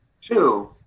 two